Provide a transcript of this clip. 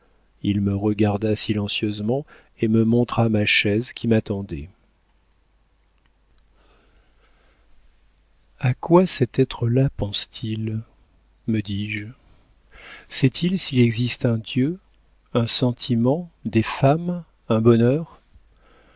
il me regarda silencieusement et me montra ma chaise qui m'attendait a quoi cet être-là pense-t-il me dis-je sait-il s'il existe un dieu un sentiment des femmes un bonheur